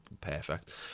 perfect